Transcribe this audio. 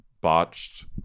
botched